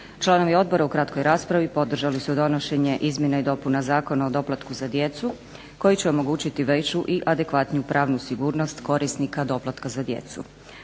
Članovi odbora u kratkoj raspravi podržali su donošenje izmjena i dopuna Zakona o doplatku za djecu koji će omogućiti veću i adekvatniju pravnu sigurnost korisnika doplatka za djecu.